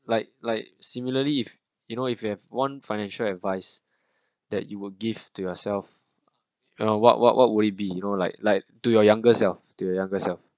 like like similarly if you know if you have one financial advice that you will give to yourself or what what what would it be you know like like do your younger self to the younger self